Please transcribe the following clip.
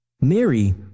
Mary